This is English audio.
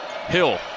Hill